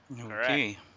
Okay